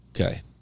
okay